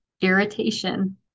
irritation